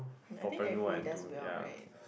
I think everybody does well right